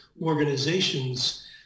organizations